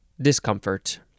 discomfort